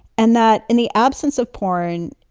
and that in the absence of porn,